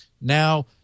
Now